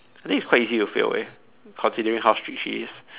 I think it's quite easy to fail eh considering how strict she is